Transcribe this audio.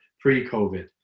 pre-covid